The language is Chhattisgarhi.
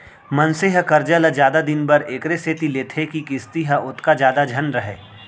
मनसे ह करजा ल जादा दिन बर एकरे सेती लेथे के किस्ती ह ओतका जादा झन रहय